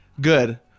Good